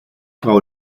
frau